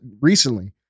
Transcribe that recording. recently